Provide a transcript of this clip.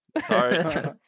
sorry